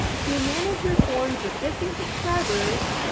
to manage your form's existing subscribers,